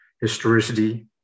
historicity